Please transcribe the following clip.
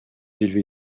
élevé